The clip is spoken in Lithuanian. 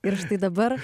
ir štai dabar